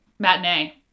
Matinee